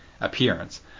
appearance